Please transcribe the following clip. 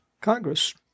Congress